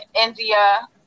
India